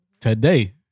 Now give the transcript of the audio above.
today